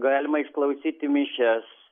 galima išklausyti mišias